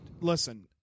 listen